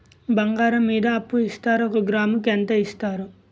బంగారం మీద అప్పు ఇస్తారా? ఒక గ్రాము కి ఎంత ఇస్తారు?